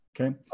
Okay